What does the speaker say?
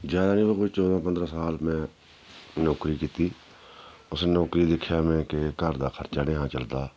ज्यादा नी कोई चौदां पंदरां साल में नौकरी कीती उस नौकरी दिक्खेआ में कि घर दा खर्चा निहा चलदा